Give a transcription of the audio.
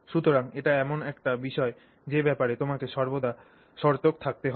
সুতরাং এটি এমন একটি বিষয় যে ব্যাপারে তোমাকে সর্বদা সতর্ক থাকতে হবে